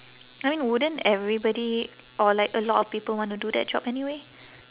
I mean wouldn't everybody or like a lot of people want to do that job anyway